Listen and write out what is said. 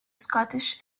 scottish